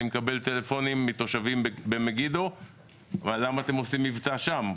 אני מקבל טלפונים מתושבים במגידו ושואלים למה אני עושה מבצע שם,